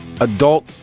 Adult